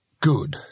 Good